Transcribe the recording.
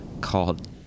called